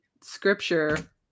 scripture